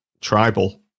Tribal